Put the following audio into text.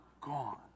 gone